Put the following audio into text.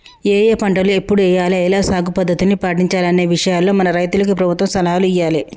ఏఏ పంటలు ఎప్పుడు ఎయ్యాల, ఎలా సాగు పద్ధతుల్ని పాటించాలనే విషయాల్లో మన రైతులకు ప్రభుత్వం సలహాలు ఇయ్యాలే